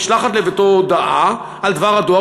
נשלחת לביתו הודעה על דבר הדואר,